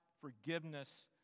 forgiveness